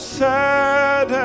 sad